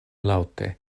laŭte